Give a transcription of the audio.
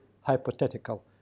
hypothetical